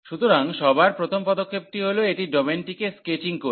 সুতরাং সর্বদা প্রথম পদক্ষেপটি হল এটি ডোমেনটিকে স্কেচিং করবে